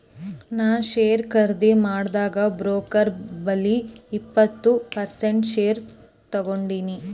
ನಾ ಶೇರ್ ಖರ್ದಿ ಮಾಡಾಗ್ ಬ್ರೋಕರ್ ಬಲ್ಲಿ ಇಪ್ಪತ್ ಪರ್ಸೆಂಟ್ ಶೇರ್ ತಗೊಂಡಿನಿ